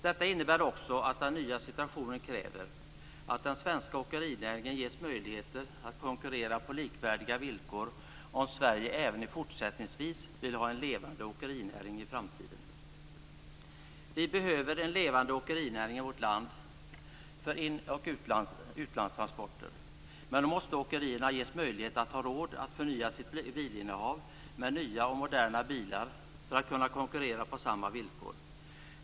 Det innebär också att den nya situationen kräver att den svenska åkerinäringen ges möjligheter att konkurrera på likvärdiga villkor om Sverige även fortsättningsvis vill ha en levande åkerinäring. Vi behöver en levande åkerinäring i vårt land för in och utlandstransporter, men då måste åkerierna ges möjlighet att ha råd att förnya sitt bilinnehav med nya och moderna bilar för att kunna konkurrera på samma villkor.